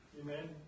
Amen